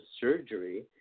surgery